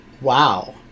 wow